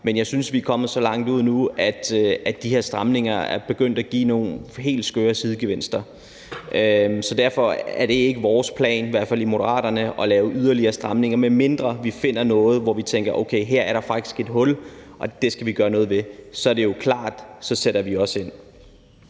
men jeg synes, vi er kommet så langt ud nu, at de her stramninger er begyndt at have nogle helt skøre sideeffekter. Så derfor er det ikke vores plan, i hvert fald ikke i Moderaterne, at lave yderligere stramninger, medmindre vi finder noget, hvor vi tænker: Okay, her er der faktisk et hul, og det skal vi gøre noget ved. Det er klart, at så sætter vi også ind.